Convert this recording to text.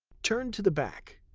turn to the back.